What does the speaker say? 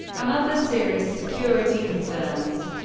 and other serious security concerns.